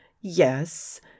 Yes